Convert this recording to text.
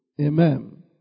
Amen